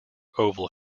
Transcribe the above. oval